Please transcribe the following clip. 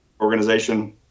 organization